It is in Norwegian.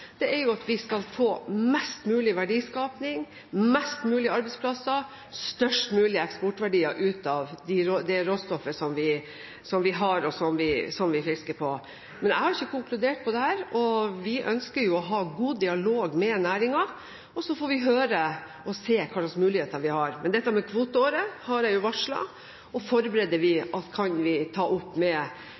at vi skal få mest mulig verdiskaping, flest mulige arbeidsplasser og størst mulige eksportverdier ut av det råstoffet som vi har, og som vi fisker på. Men jeg har ikke konkludert på dette. Vi ønsker å ha en god dialog med næringen, og så får vi høre og se hva slags muligheter vi har. Men dette med kvoteåret har jeg varslet og forbereder at vi kan vi ta opp med